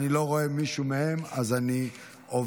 אני לא רואה מישהו מהם, אז אני עובר